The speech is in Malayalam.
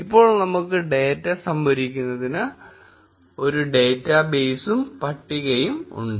ഇപ്പോൾ നമുക്ക് ഡേറ്റ സംഭരിക്കുന്നതിന് ഒരു ഡേറ്റ ബേസും ഒരു പട്ടികയും ഉണ്ട്